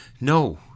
No